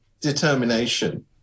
determination